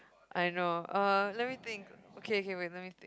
I know uh let me think okay wait let me think